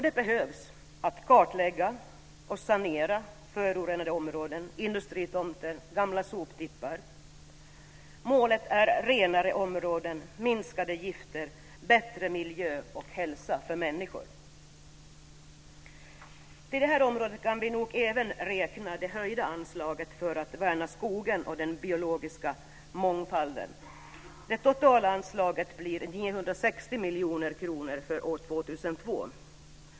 Det behövs för att kartlägga och sanera förorenade områden, industritomter och gamla soptippar. Målet är renare områden, minskade giftmängder och bättre miljö och hälsa för människor. Till det här området kan vi nog även räkna det höjda anslaget för att värna skogen och den biologiska mångfalden. Det totala anslaget blir 960 miljoner kronor för år 2002.